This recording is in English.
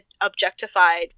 objectified